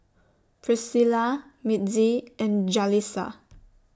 Pricilla Mitzi and Jalisa